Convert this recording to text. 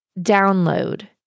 download